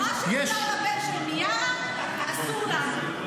מה שמותר לבן של מיארה אסור לנו.